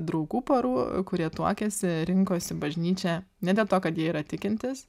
draugų porų kurie tuokiasi rinkosi bažnyčią ne dėl to kad jie yra tikintys